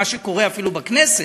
מה שקורה אפילו בכנסת,